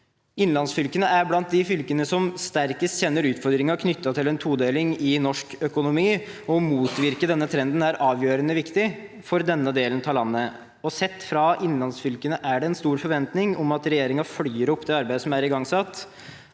Innlands fylkene er blant de fylkene som sterkest kjenner utfordringen knyttet til en todeling i norsk økonomi, og å motvirke denne trenden er avgjørende viktig for denne delen av landet. Sett fra innlandsfylkene er det en stor forventning om at regjeringen følger opp det arbeidet som er igangsatt,